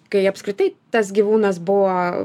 kai apskritai tas gyvūnas buvo